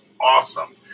Awesome